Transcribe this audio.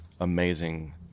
amazing